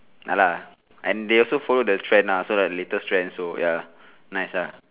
ya lah and they also follow the trend lah so like latest trend so ya nice uh